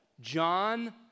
John